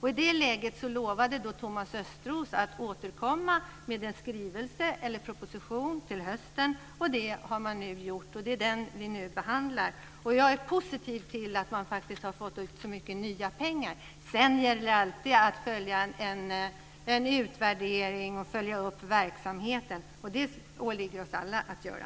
I det läget lovade Thomas Östros att återkomma med en proposition till hösten. Det har man nu gjort, och det är den vi nu behandlar. Jag är positiv till att man faktiskt har fått in så mycket nya pengar. Sedan gäller det alltid att göra en utvärdering, följa upp verksamheten. Det åligger oss alla att göra.